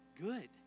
good